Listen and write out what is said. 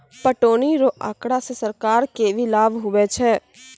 पटौनी रो आँकड़ा से सरकार के भी लाभ हुवै छै